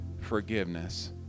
forgiveness